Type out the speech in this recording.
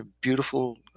beautiful